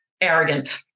arrogant